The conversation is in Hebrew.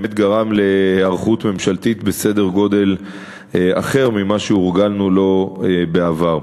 גרם להיערכות ממשלתית בסדר-גודל אחר ממה שהורגלנו לו בעבר.